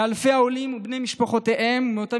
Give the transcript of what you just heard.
מאלפי העולים ובני משפחותיהם ומאותם